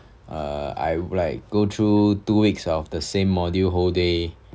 uh I like go through two weeks of the same module whole day